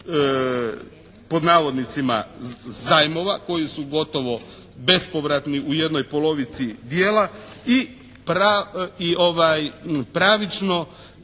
pod navodnicima "zajmova" koji su gotovo bespovratni u jednoj polovici dijela i pravično